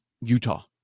Utah